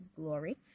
Glory